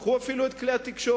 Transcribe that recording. קחו אפילו את כלי התקשורת.